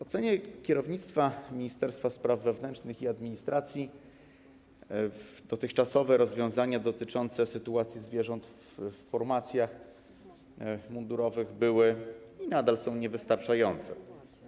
W ocenie kierownictwa Ministerstwa Spraw Wewnętrznych i Administracji dotychczasowe rozwiązania dotyczące sytuacji zwierząt w formacjach mundurowych były i nadal są niewystarczające.